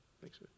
Thanks